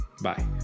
bye